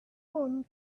one